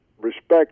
respect